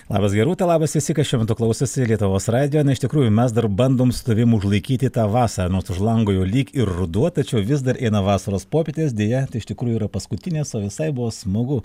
labas gerūta labas visi kas šiuo metu klausosi lietuvos radijo na iš tikrųjų mes dar bandom su tavim užlaikyti tą vasarą nors už lango jau lyg ir ruduo tačiau vis dar eina vasaros popietės deja tai iš tikrųjų yra paskutinės o visai buvo smagu